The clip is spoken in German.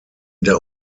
der